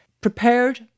prepared